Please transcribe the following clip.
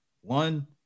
One